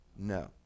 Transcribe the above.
No